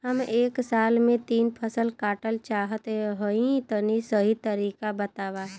हम एक साल में तीन फसल काटल चाहत हइं तनि सही तरीका बतावा?